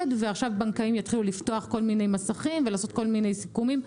ועכשיו בנקאים יתחילו לפתוח כל מיני מסכים ולעשות כל מיני סיכומים,